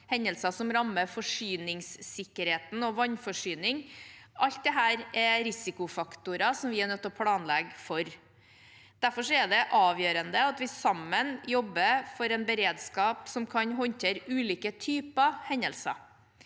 hendelser som rammer forsyningssikkerheten og vannforsyningen – alt dette er risikofaktorer som vi er nødt til å planlegge for. Derfor er det avgjørende at vi sammen jobber for en beredskap som kan håndtere ulike typer hendelser,